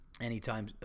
anytime